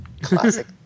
Classic